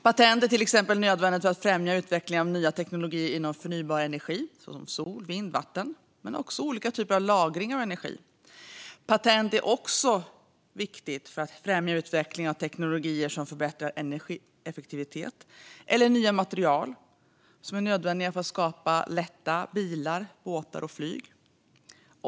Patent är till exempel nödvändigt för att främja utvecklingen av nya teknologier inom förnybar energi, såsom sol, vind och vattenkraft, men även olika typer av lagring av energi. Patent är också viktigt för att främja utvecklingen av teknologier som förbättrar energieffektivitet och nya material som är nödvändiga för att skapa lätta bilar, båtar och flyg.